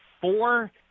four –